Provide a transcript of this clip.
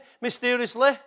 mysteriously